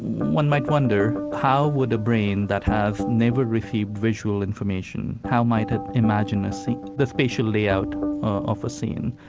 one might wonder how would a brain that has never received visual information, how might it imagine a scene, the spatial layout of a scene?